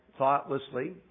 Thoughtlessly